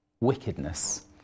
wickedness